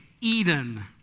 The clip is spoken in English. Eden